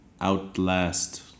Outlast